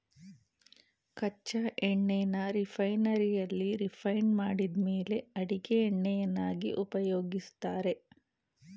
ಕಚ್ಚಾ ಎಣ್ಣೆನ ರಿಫೈನರಿಯಲ್ಲಿ ರಿಫೈಂಡ್ ಮಾಡಿದ್ಮೇಲೆ ಅಡಿಗೆ ಎಣ್ಣೆಯನ್ನಾಗಿ ಉಪಯೋಗಿಸ್ತಾರೆ